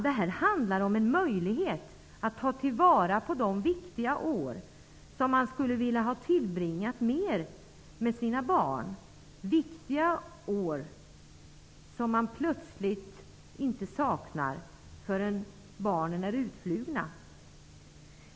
Det här handlar om en möjlighet att ta till vara på de viktiga år som man skulle vilja ha tillbringat mer med sina barn, viktiga år som man inte saknar förrän barnen plötsligt är utflugna.